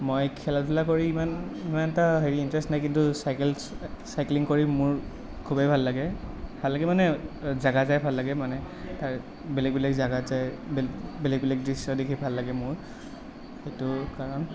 মই খেলা ধূলা কৰি ইমান ইমান এটা হেৰি ইণ্টাৰেষ্ট নাই কিন্তু চাইকেল চাইক্লিং কৰি মোৰ খুবেই ভাল লাগে ভাল লাগে মানে জেগাই জেগাই ভাল লাগে মানে তাৰ বেলেগ বেলেগ জেগাত যায় বেলেগ বেলেগ দৃশ্য দেখি ভাল লাগে মোৰ সেইটো কাৰণ